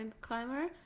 climber